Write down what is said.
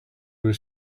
was